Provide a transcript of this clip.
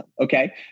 okay